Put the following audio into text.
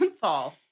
fall